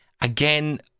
again